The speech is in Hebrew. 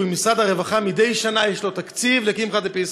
ולמשרד הרווחה יש מדי שנה תקציב לקמחא דפסחא.